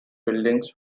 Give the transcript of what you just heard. buildings